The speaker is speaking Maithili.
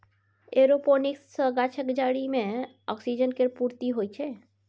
एरोपोनिक्स सँ गाछक जरि मे ऑक्सीजन केर पूर्ती होइ छै